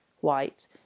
white